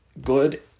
Good